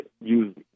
use